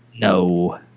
no